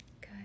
Good